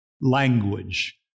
Language